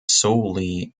solely